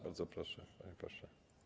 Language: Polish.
Bardzo proszę, panie pośle.